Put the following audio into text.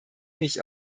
mich